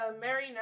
Mary